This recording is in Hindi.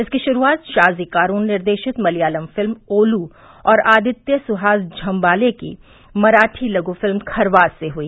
इसकी शुरूआत शाजी कारून निर्देशित मलयालम फिल्म ओलू और आदित्य सुहास झम्बाले की मराठी लघू फिल्म खरवास से हुई